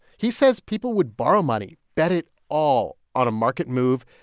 he says people would borrow money, bet it all on a market move,